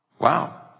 Wow